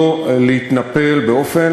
לא להתנפל באופן,